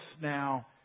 now